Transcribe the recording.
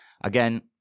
Again